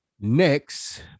Next